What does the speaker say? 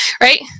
right